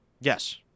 Yes